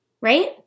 right